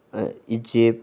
Egypt